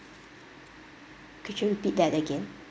could you repeat that again